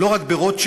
לא רק ברוטשילד,